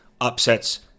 upsets